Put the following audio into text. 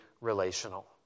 relational